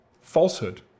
falsehood